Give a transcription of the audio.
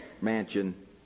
Mansion